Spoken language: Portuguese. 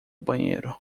banheiro